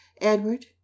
Edward